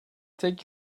take